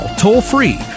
toll-free